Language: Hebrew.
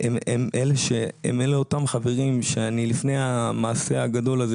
הם אלה אותם חברים שלפני המעשה הגדול הזה